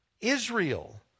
Israel